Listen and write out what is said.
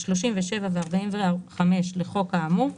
37 ו־45 לחוק האמור,